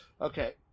Okay